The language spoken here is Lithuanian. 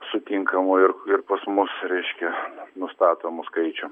sutinkama ir ir pas mus reiškia nustatomų skaičių